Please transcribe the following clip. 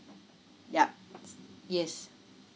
yup yes